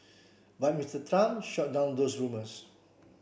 but Mister Trump shot down those rumours